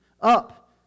Up